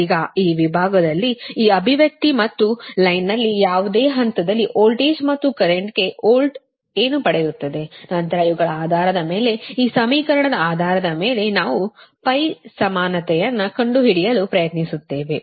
ಈಗ ಈ ವಿಭಾಗದಲ್ಲಿ ಈ ಅಭಿವ್ಯಕ್ತಿ ಮತ್ತು ಸಾಲಿನಲ್ಲಿನ ಯಾವುದೇ ಹಂತದಲ್ಲಿ ವೋಲ್ಟೇಜ್ ಮತ್ತು ಕರೆಂಟ್ಗೆ ವೋಲ್ಟ್ ಅಭಿವ್ಯಕ್ತಿ ಏನು ಪಡೆಯುತ್ತದೆ ನಂತರ ಇವುಗಳ ಆಧಾರದ ಮೇಲೆ ಈ ಸಮೀಕರಣದ ಆಧಾರದ ಮೇಲೆ ನಾವು ಸಮಾನತೆಯನ್ನು ಕಂಡುಹಿಡಿಯಲು ಪ್ರಯತ್ನಿಸುತ್ತೇವೆ